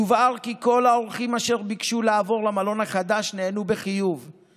יובהר כי כל האורחים אשר ביקשו לעבור למלון החדש נענו בחיוב,